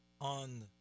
on